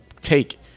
take